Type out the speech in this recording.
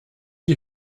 die